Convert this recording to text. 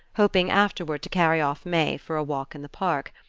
hoping afterward to carry off may for a walk in the park.